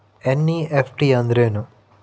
NEFT ಅಂದ್ರೆನು?